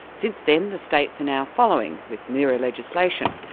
since then, the states are now following with mirror legislation.